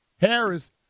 Harris